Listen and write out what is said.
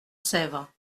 sèvre